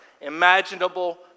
imaginable